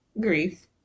grief